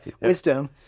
wisdom